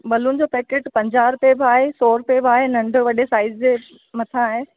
balloon जो packet पंजाह रुपए बि आहे सौ रुपए बि आहे नंढे वॾे साइज जे मथां आहे